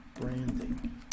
branding